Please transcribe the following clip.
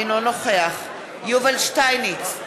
אינו נוכח יובל שטייניץ,